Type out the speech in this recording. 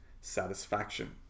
satisfaction